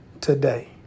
today